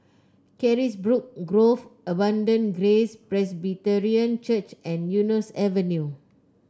Carisbrooke Grove Abundant Grace Presbyterian Church and Eunos Avenue